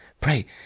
pray